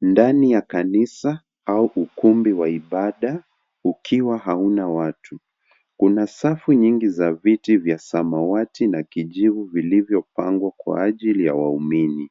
Ndani ya kanisa au ukumbi wa ibada ukiwa hauna watu. Kuna safu nyingi za viti vya samawati na kijivu vilivyopangwa kwa ajili ya waumini.